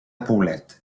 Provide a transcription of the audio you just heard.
poblet